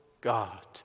God